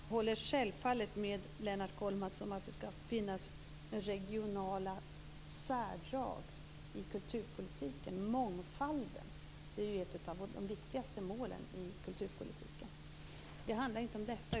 Fru talman! Jag håller självfallet med Lennart Kollmats om att det skall finnas regionala särdrag i kulturpolitiken. Mångfalden är ju ett av de viktigaste målen i kulturpolitiken. Det handlar inte om detta.